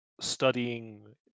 studying